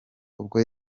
ubwo